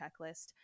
checklist